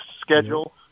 schedule